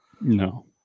No